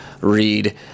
read